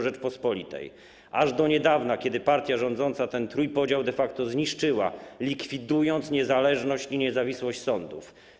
Rzeczypospolitej aż do niedawna, kiedy partia rządząca ten trójpodział de facto zniszczyła, likwidując niezależność i niezawisłość sądów.